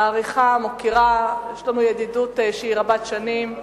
מעריכה, מוקירה אותו, יש בינינו ידידות רבת שנים.